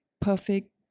perfect